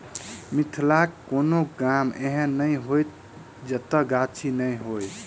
मिथिलाक कोनो गाम एहन नै होयत जतय गाछी नै हुए